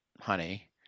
honey